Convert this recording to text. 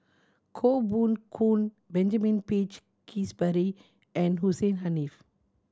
Koh Poh Koon Benjamin Peach Keasberry and Hussein Haniff